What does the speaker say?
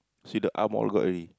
see the arm all got already